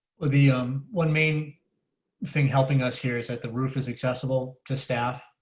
ah the um one main thing helping us here is that the roof is accessible to staff.